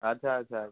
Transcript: ଆଚ୍ଛା ଆଚ୍ଛା